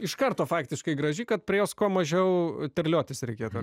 iš karto faktiškai graži kad prie jos kuo mažiau terliotis reikėtų